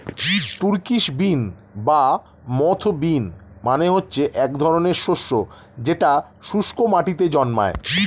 Turkish bean বা moth bean মানে হচ্ছে এক ধরনের শস্য যেটা শুস্ক মাটিতে জন্মায়